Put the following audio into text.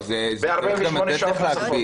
לצורך הארכת המועד.